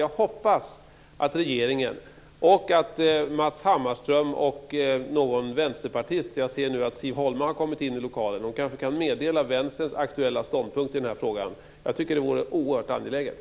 Jag hoppas få höra något om detta från regeringen, Matz Hammarström och någon vänsterpartist. Jag ser nu att Siv Holma har kommit in i lokalen. Hon kanske kan meddela Vänsterns aktuella ståndpunkt i den här frågan. Jag tycker att det vore oerhört angeläget.